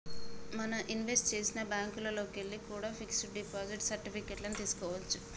మనం ఇన్వెస్ట్ చేసిన బ్యేంకుల్లోకెల్లి కూడా పిక్స్ డిపాజిట్ సర్టిఫికెట్ లను తీస్కోవచ్చు